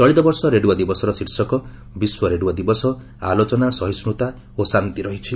ଚଳିତ ବର୍ଷର ରେଡିଓ ଦିବସର ଶୀର୍ଷକ 'ବିଶ୍ୱ ରେଡିଓ ଦିବସ ଆଲୋଚନା ସହିଷ୍ଣୁତା ଓ ଶାନ୍ତି' ରହିଛି